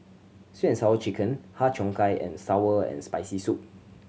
Sweet And Sour Chicken Har Cheong Gai and sour and Spicy Soup